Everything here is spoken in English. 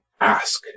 ask